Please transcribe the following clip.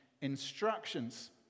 instructions